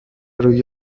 روی